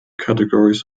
categories